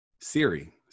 Siri